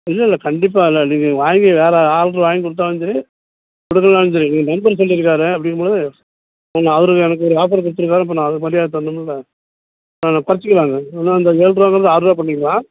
இல்லை இல்லை கண்டிப்பாக இல்லை நீங்கள் வாங்கி வேலை ஆர்டர் வாங்கி கொடுத்தாலும் சரி கொடுக்கலனாலும் சரி எங்கள் நண்பர் சொல்லியிருக்காரு அப்படிங்கும் போது ஆமாம் அவர் எனக்கு ஒரு ஆஃபரு கொடுத்துருக்காரு இப்போ நான் அதுபடி நான் தரணுமில ஆ குறைச்சிக்கலாங்க என்ன அந்த ஏழு ரூபாங்குறத ஆறு ரூபா பண்ணிக்கலாம்